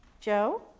Joe